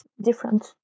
different